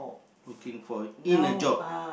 looking for in a job